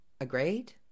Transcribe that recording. agreed